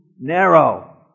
narrow